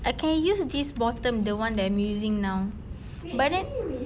I can use this bottom the one that I'm using now but then